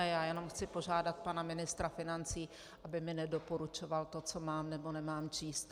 Já jenom chci požádat pana ministra financí, aby mi nedoporučoval to, co mám, nebo nemám číst.